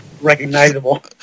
recognizable